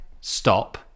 stop